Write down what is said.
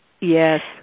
Yes